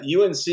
unc